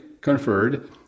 conferred